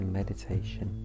meditation